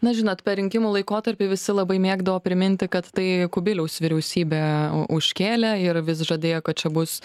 na žinot per rinkimų laikotarpį visi labai mėgdavo priminti kad tai kubiliaus vyriausybė u užkėlė ir vis žadėjo kad čia bus